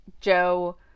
Joe